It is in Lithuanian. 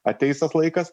ateis tas laikas